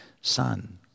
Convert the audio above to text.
son